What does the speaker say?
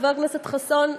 חבר הכנסת חסון,